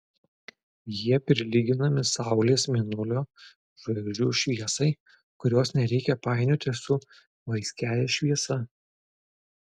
jie prilyginami saulės mėnulio žvaigždžių šviesai kurios nereikia painioti su vaiskiąja šviesa